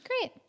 Great